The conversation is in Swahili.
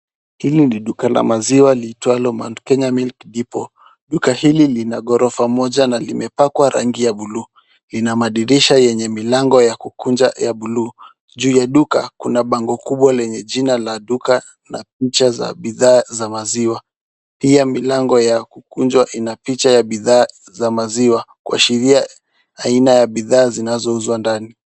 Hili ni duka la maziwa liitwalo Mount Kenya Milk Depot. Duka hili kina ghorofa moja na imepakwa rangi ya buluu. Lina madirisha yenye milango ya kukunja ya buluu. Juu ya duka, kuna bango kubwa lenye jina la duka na picha za bidhaa ya maziwa. Pia milango ya kukunja ina picha ya bidhaa ya maziwa kishiria aina ya bidhaa inayouzwa ndani.